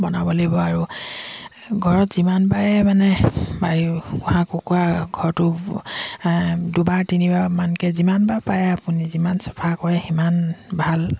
বনাব লাগিব আৰু ঘৰত যিমানবাৰে মানে বায়ু হাঁহ কুকুৰা ঘৰটো দুবাৰ তিনিবাৰমানকৈ যিমানবাৰ পাৰে আপুনি যিমান চাফা কৰে সিমান ভাল